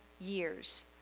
years